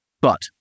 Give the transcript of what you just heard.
But-